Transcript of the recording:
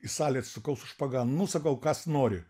į salę atsisukau su špaga nu sakau kas nori